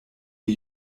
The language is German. die